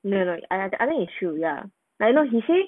no no I I think it's true ya I know he said